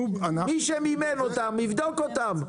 מי שמימן אותם, יבדוק אותם.